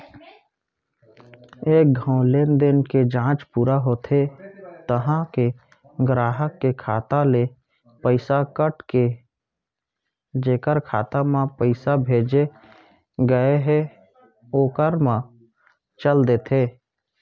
एक घौं लेनदेन के जांच पूरा होथे तहॉं ले गराहक के खाता ले पइसा कट के जेकर खाता म पइसा भेजे गए हे ओकर म चल देथे